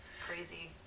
crazy